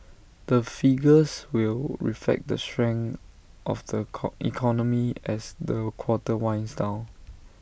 the figures will reflect the strength of the economy as the quarter winds down